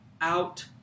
out